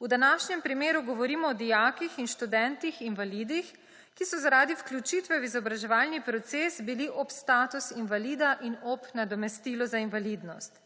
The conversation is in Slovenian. V današnjem primeru govorimo o dijakih in študentih invalidih, ki so bili zaradi vključitve v izobraževalni proces ob status invalida in ob nadomestilo za invalidnost.